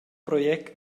project